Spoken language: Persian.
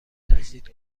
تجدید